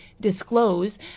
disclose